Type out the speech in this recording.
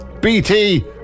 BT